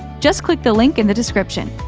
just click the link in the description.